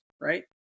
right